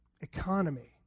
Economy